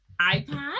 iPad